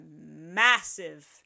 massive